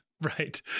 Right